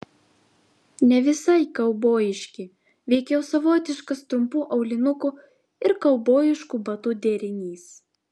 ne visai kaubojiški veikiau savotiškas trumpų aulinukų ir kaubojiškų batų derinys